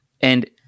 And-